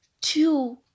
two